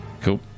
Cool